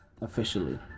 officially